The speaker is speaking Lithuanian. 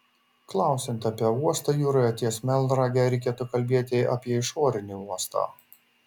klausiant apie uostą jūroje ties melnrage reikėtų kalbėti apie išorinį uostą